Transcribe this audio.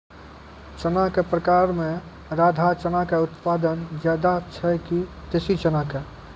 चना के प्रकार मे राधा चना के उत्पादन ज्यादा छै कि देसी चना के?